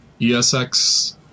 ESX